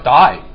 die